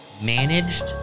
managed